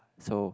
so